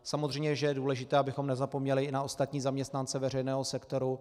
Samozřejmě že je důležité, abychom nezapomněli ani na ostatní zaměstnance veřejného sektoru.